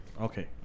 Okay